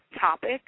topic